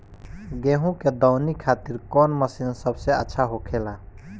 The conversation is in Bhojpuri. गेहु के दऊनी खातिर कौन मशीन सबसे अच्छा होखेला?